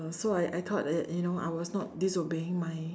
so I I thought that you know I was not this will bring my